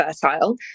fertile